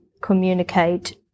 communicate